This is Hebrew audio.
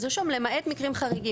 אז לרשום "למעט מקרים חריגים".